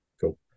cool